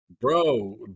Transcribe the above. Bro